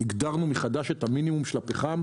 הגדרנו מחדש את המינימום של הפחם,